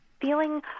feeling